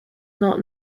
not